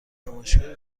نمایشگاهی